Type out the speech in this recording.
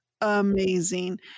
amazing